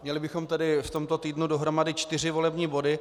Měli bychom tedy v tomto týdnu dohromady čtyři volební body.